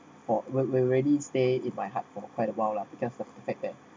for what we're ready stay in my heart for quite awhile lah because of the fact that